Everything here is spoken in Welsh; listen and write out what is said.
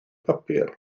papur